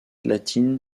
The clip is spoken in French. latin